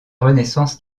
renaissance